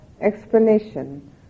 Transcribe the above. explanation